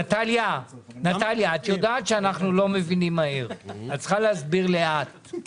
את צריכה להסביר לאט.